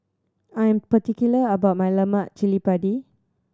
I am particular about my lemak cili padi